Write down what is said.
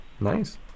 Nice